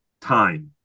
time